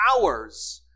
hours